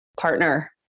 partner